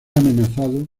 amenazado